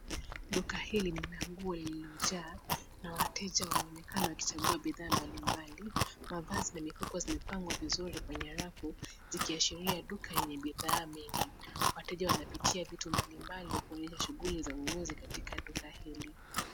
Duka hili ni la nguo lililojaa na wateja wanaonekana wakichagua bidhaa mbalimbali. Mavazi na mifuko zimepangwa vizuri kwenye rafu, zikiashiria duka yenye bidhaa mengi. Wateja wanapitia vitu mbalimbali kuonyesha shughui za ununuzi katika duka hili.